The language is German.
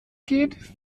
geht